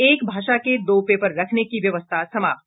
एक भाषा के दो पेपर रखने की व्यवस्था समाप्त